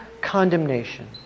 condemnation